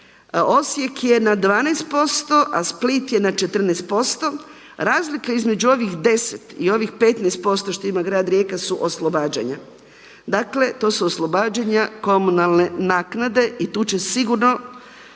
Osijek je na 12% a Split je na 14%. Razlika između ovih 10 i ovih 15% što ima Grad Rijeka su oslobađanja. Dakle to su oslobađanja komunalne naknade i tu će sigurno